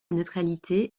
neutralité